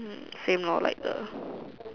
mm same lor like uh